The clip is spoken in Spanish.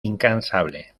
incansable